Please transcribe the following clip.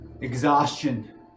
Exhaustion